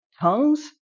tongues